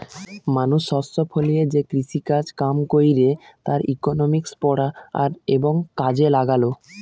মানুষ শস্য ফলিয়ে যে কৃষিকাজ কাম কইরে তার ইকোনমিক্স পড়া আর এবং কাজে লাগালো